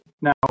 Now